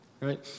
Right